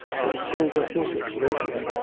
his silver-hilted rapier,